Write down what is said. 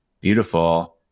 beautiful